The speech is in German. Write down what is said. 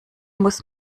muss